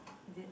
is it